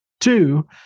two